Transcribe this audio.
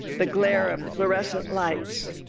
the glare of fluorescent lights,